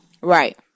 Right